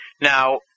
Now